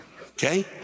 Okay